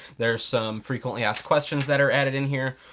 there's some frequently asked questions that are added in here.